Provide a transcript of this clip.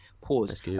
Pause